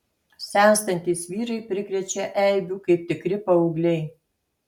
senstantys vyrai prikrečia eibių kaip tikri paaugliai